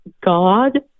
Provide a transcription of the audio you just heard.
God